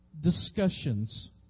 discussions